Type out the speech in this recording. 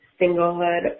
singlehood